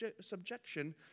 subjection